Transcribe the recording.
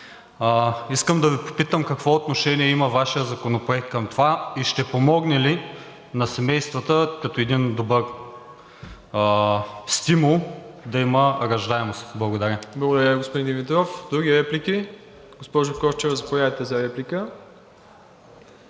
искам да Ви попитам: какво отношение има Вашият законопроект към това и ще помогне ли на семействата като един добър стимул да има раждаемост? Благодаря. ПРЕДСЕДАТЕЛ МИРОСЛАВ ИВАНОВ: Благодаря, господин Димитров. Други реплики? Госпожо Корчева, заповядайте за реплика.